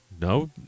No